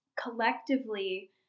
collectively